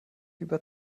über